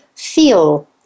feel